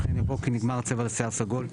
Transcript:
אחריהן יבוא 'כי נגמר הצבע לשיער סגול'.